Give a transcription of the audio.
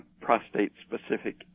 prostate-specific